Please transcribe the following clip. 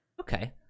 Okay